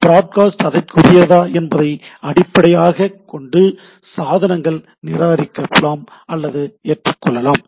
broadcast அதற்குரியதா என்பதை அடிப்படையாகக் கொண்டு சாதனங்கள் நிராகரிக்கலாம் அல்லது ஏற்றுக்கொள்ளலாம்